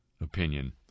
opinion